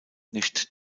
nicht